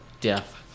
death